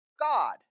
God